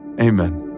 Amen